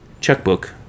checkbook